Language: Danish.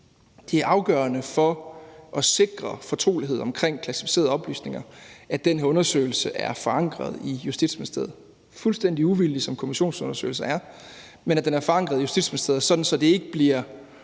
det er afgørende for at sikre en fortrolighed omkring klassificerede oplysninger, at den her undersøgelse er forankret i Justitsministeriet. Den er fuldstændig uvildig, som kommissionsundersøgelser er, men den er forankret i Justitsministeriet, sådan at det ikke bliver